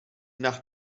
nach